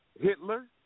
hitler